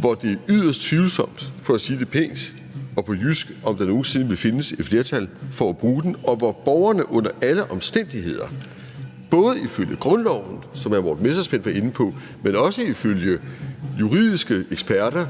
hvor det er yderst tvivlsomt, for at sige det pænt og på jysk, om der nogen sinde vil findes et flertal for at bruge den, og hvor det i forhold til borgerne under alle omstændigheder er et spørgsmål, både i forhold til grundloven, som hr. Morten Messerschmidt var inde på, men også ifølge juridiske eksperter,